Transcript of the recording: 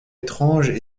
étranges